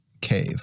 cave